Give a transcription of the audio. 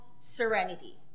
Serenity